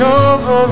over